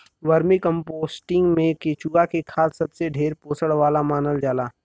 vermicomposting में केचुआ के खाद सबसे ढेर पोषण वाला मानल जाला